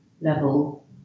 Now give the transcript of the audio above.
level